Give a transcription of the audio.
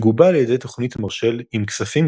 מגובה על ידי תוכנית מרשל עם כספים